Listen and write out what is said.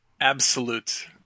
absolute